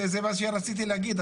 זה מה שרציתי להגיד,